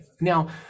Now